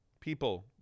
People